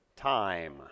time